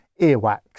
earwax